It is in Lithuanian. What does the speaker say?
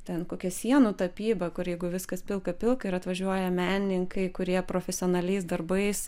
ten kokia sienų tapyba kur jeigu viskas pilka pilka ir atvažiuoja menininkai kurie profesionaliais darbais